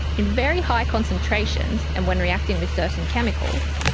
in very high concentrations and when reacting with certain chemicals,